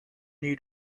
need